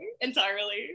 entirely